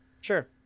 sure